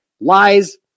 Lies